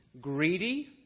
Greedy